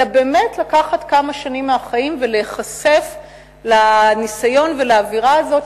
אלא באמת לקחת כמה שנים מהחיים ולהיחשף לניסיון ולאווירה הזאת